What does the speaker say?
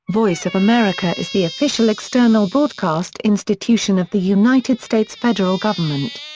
voice of america is the official external broadcast institution of the united states federal government.